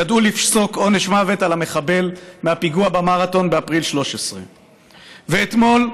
ידעו לפסוק עונש מוות על המחבל מהפיגוע במרתון באפריל 2013. ואתמול,